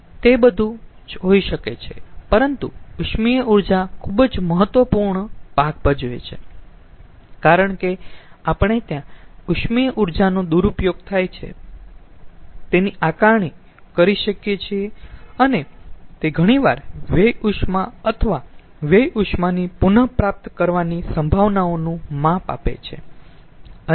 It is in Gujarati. તે બધું જ હોઈ શકે છે પરંતુ ઉષ્મીય ઊર્જા ખુબ જ મહત્વપૂર્ણ ભાગ ભજવે છે કારણ કે આપણે ત્યાં ઉષ્મીય ઊર્જાનો દુરઉપયોગ થાય છે તેની આકારણી કરી શકીયે છીએ અને તે ઘણીવાર વ્યય ઉષ્મા અથવા વ્યય ઉષ્માની પુન પ્રાપ્ત કરવાની સંભાવનાનું માપ આપે છે